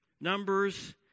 Numbers